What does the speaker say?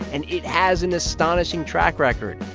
and it has an astonishing track record,